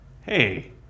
hey